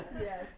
Yes